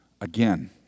again